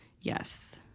yes